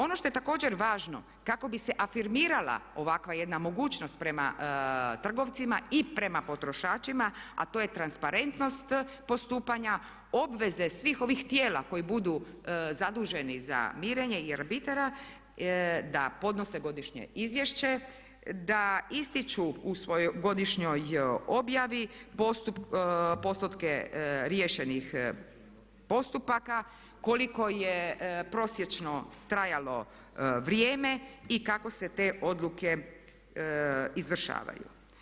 Ono što je također važno kako bi se afirmirala ovakva jedna mogućnost prema trgovcima i prema potrošačima, a to je transparentnost postupanja, obveze svih ovih tijela koji budu zaduženi za mirenje i arbitara je da podnose godišnje izvješće, da ističu u svojoj godišnjoj objavi postotke riješenih postupaka, koliko je prosječno trajalo vrijeme i kako se te odluke izvršavaju.